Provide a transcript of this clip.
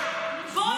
צריך להוציא אותו,